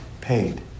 paid